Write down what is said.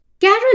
Carol